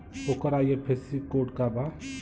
ओकर IFSC code का बा?